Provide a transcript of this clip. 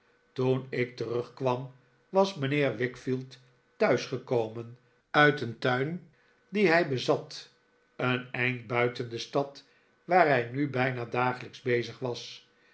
toen ik terugkwam was mijnheer wickfield thuis gekomen uit een tuin dien hij bezat een eind buiten de stad waar hij nu bijna dagelijks bezig was